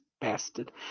bastard